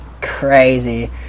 crazy